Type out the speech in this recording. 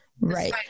right